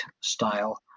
style